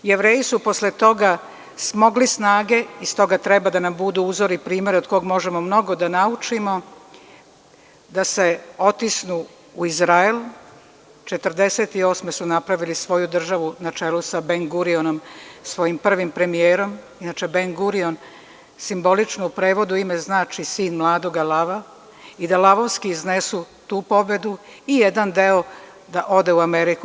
Jevreji su posle toga smogli snage, iz toga treba da nam budu uzori primera od koga možemo mnogo da naučimo, da se otisnu i Izrael, 1948. su napravili svoju državu na čelu sa Ben-Gujironom, svojim prvim premijerom, inače Ben-Gurijon simbolično ime u prevodu znači – sin mladoga lava i da lavovski iznesu tu pobedu i jedan deo da ode u Ameriku.